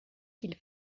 qu’il